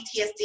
PTSD